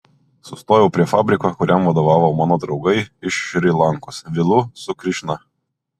sustojau prie fabriko kuriam vadovavo mano draugai iš šri lankos vilu su krišna